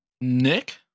Nick